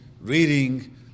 reading